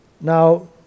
Now